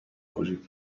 وجود